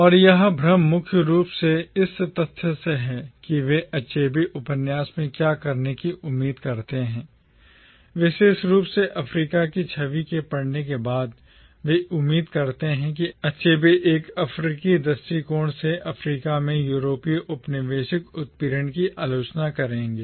और यह भ्रम मुख्य रूप से इस तथ्य से है कि वे अचेबे से उपन्यास में क्या करने की उम्मीद करते हैं विशेष रूप से अफ्रीका की छवि के पढ़ने के बाद वे उम्मीद करते हैं कि अचेबे एक अफ्रीकी दृष्टिकोण से अफ्रीका में यूरोपीय औपनिवेशिक उत्पीड़न की आलोचना करेंगे